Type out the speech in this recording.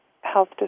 health